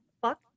Fuck